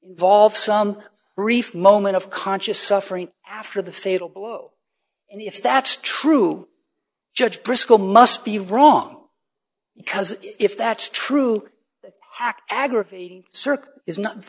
elsewhere volves some grief moment of conscious suffering after the fatal blow and if that's true judge briscoe must be wrong because if that's true aggravating circ is not